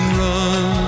run